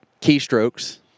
keystrokes